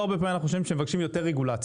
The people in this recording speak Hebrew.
אין הרבה פעמים שמבקשים יותר רגולציה.